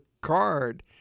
card